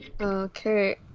Okay